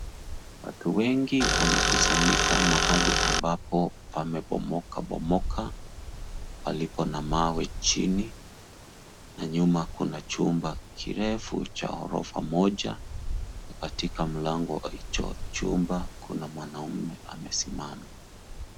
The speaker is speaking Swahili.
Watu wengi wamekusanyika mahali ambapo pamebomokabomoka palipo na mawe chini na nyuma kuna chumba kirefu cha ghorofa moja. Katika mlango wa hicho chumba , kuna mwanaume amesimama.